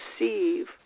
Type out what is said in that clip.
receive